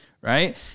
right